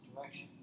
direction